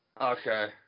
Okay